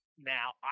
Now